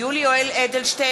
יולי יואל אדלשטיין,